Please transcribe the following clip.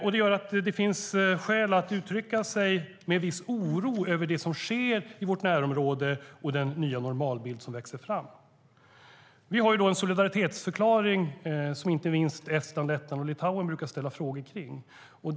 Detta gör att det finns skäl att uttrycka sig med viss oro över det som sker i vårt närområde och den nya normalbild som växer fram. Vi har en solidaritetsförklaring som inte minst Estland, Lettland och Litauen brukar ställa frågor om.